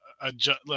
adjust